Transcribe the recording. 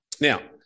Now